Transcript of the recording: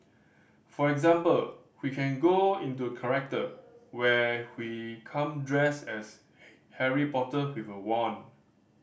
for example we can go into character where we come dressed as Harry Potter with a wand